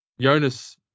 Jonas